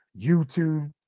YouTube